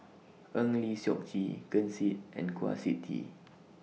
Eng Lee Seok Chee Ken Seet and Kwa Siew Tee